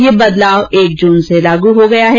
यह बदलाव एक जून से लागू हो गया है